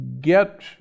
get